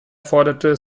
forderte